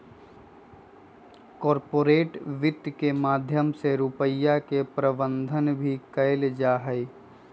corporate वित्त के माध्यम से रुपिया के प्रबन्धन भी कइल जाहई